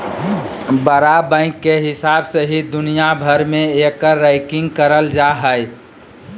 बड़ा बैंक के हिसाब से ही दुनिया भर मे एकर रैंकिंग करल जा हय